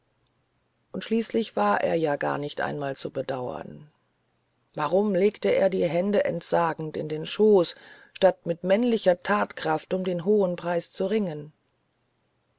und schließlich war er ja gar nicht einmal zu bedauern warum legte er die hände entsagend in den schoß statt mit männlicher thatkraft um den hohen preis zu ringen